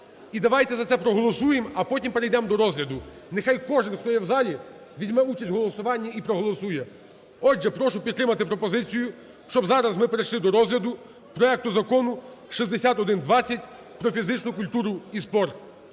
І давайте за це проголосуємо, а потім перейдемо до розгляду, нехай кожен, хто є в залі, візьме участь в голосуванні в проголосує. Отже, прошу підтримати пропозицію, щоб зараз ми перейшли до розгляду проекту Закону 6120 "Про фізичну культуру і спорт".